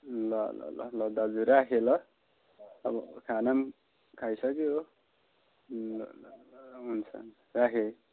ल ल ल ल दाजु राखेँ ल अब खाना पनि खाइसक्यो हो ल ल हुन्छ हुन्छ राखेँ है